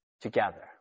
together